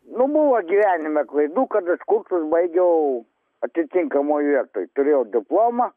nu buvo gyvenime klaidų kad aš kursus baigiau atitinkamoj vietoj turėjau diplomą